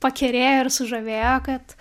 pakerėjo ir sužavėjo kad